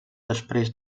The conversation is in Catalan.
després